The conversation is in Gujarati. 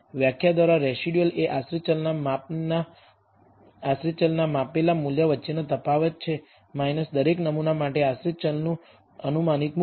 વ્યાખ્યા દ્વારા રેસિડયુઅલ એ આશ્રિત ચલના માપેલા મૂલ્ય વચ્ચેનો તફાવત છે દરેક નમૂના માટે આશ્રિત ચલનું અનુમાનિત મૂલ્ય